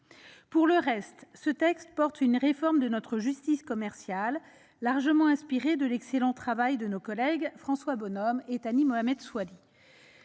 Pour le reste, ce texte porte une réforme de notre justice commerciale largement inspirée de l'excellent travail de nos collègues François Bonhomme et Thani Mohamed Soilihi.